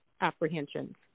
apprehensions